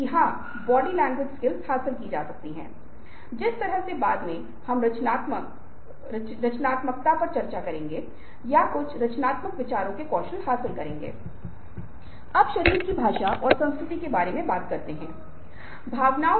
अब आप देखते हैं कि कहा जा रहा है कि इस पर परीक्षण किए जाने की चर्चा है कि हम शायद अभी एक महत्वपूर्ण तरीके से अनुनय के बारे में बात करने के लिए तैयार हैं